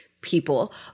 people